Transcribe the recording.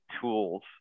tools